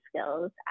skills